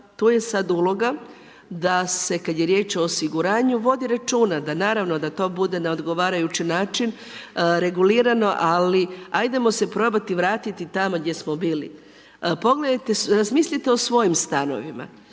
tu je sada uloga da se kada je riječ o osiguranju vodi računa da naravno da to bude na odgovarajući način regulirano ali ajdemo se probati vratiti tamo gdje smo bili. Pogledajte, razmislite o svojim stanovima,